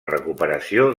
recuperació